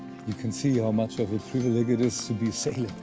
you can see how much of a privilege it is to be a